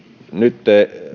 nyt myös